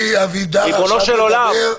ריבונו של עולם,